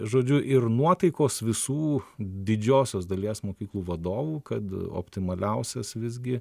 žodžiu ir nuotaikos visų didžiosios dalies mokyklų vadovų kad optimaliausias visgi